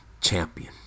champion